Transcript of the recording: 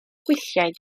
gwylliaid